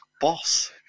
boss